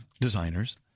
designers